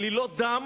עלילות דם